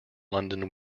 london